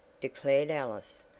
declared alice,